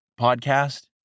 podcast